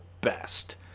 best